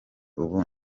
ubu